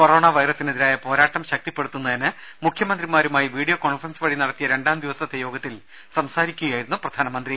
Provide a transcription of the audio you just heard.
corona വൈറസിനെതിരായ പോരാട്ടം മുഖ്യമന്ത്രിമാരുമായി വീഡിയോ കോൺഫറൻസ് വഴി നടത്തിയ രണ്ടാം ദിവസത്തെ യോഗത്തിൽ സംസാരിക്കുകയായിരുന്നു പ്രധാനമന്ത്രി